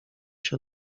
się